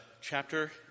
chapter